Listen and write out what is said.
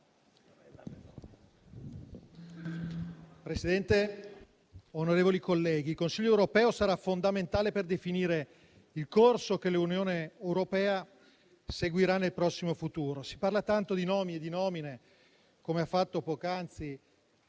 Presidente, onorevoli colleghi, il Consiglio europeo sarà fondamentale per definire il corso che l'Unione europea seguirà nel prossimo futuro. Si parla tanto di nomi e di nomine, come ha fatto poc'anzi